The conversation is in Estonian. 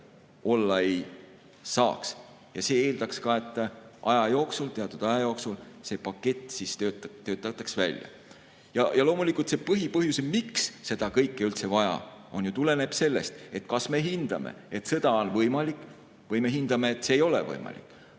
olla ei saaks. See eeldaks ka, et teatud aja jooksul see pakett töötatakse välja. Loomulikult see põhipõhjus, miks seda kõike üldse vaja on, tuleneb sellest, kas me hindame, et sõda on võimalik, või me hindame, et see ei ole võimalik.